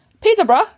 Peterborough